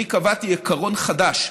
אני קבעתי עיקרון חדש: